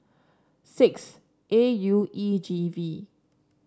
six A U E G V